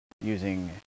using